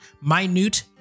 minute